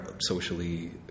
socially